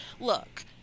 look